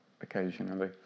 occasionally